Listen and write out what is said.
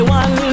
one